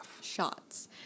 shots